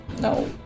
No